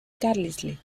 carlisle